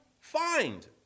find